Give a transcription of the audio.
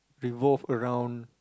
revolve around